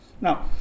Now